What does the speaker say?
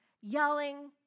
yelling